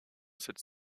cette